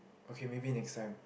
okay maybe next time